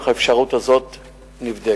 אך האפשרות הזאת נבדקת.